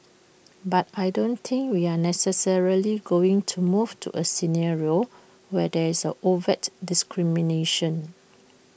but I don't think we are necessarily going to move to A scenario where there is A overt discrimination